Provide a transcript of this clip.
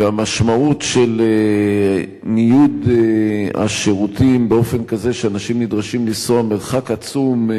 והמשמעות של ניוד השירותים באופן כזה שאנשים נדרשים לנסוע מרחק עצום,